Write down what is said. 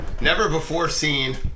never-before-seen